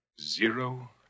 Zero